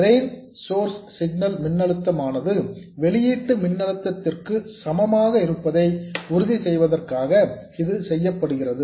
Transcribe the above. train source signal மின்னழுத்தமானது வெளியீட்டு மின்னழுத்ததிற்கு சமமாக இருப்பதை உறுதி செய்வதற்காக இது செய்யப்படுகிறது